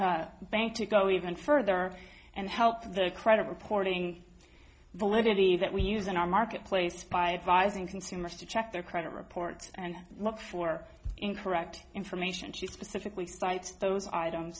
bank to go even further and help the credit reporting validity that we use in our marketplace by advising consumers to check their credit reports and look for incorrect in from she specifically cite those items